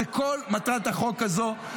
זו כל מטרת החוק הזה,